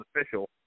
official